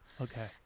Okay